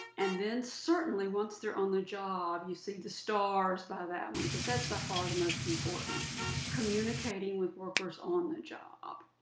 and then certainly once they're on the job you see the stars by that one, because that's by far the most important communicating with workers on the job.